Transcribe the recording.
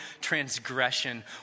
transgression